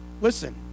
Listen